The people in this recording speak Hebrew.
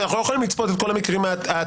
כי אנו לא יכולים לצפות את המקרים העתידיים,